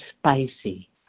spicy